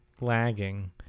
lagging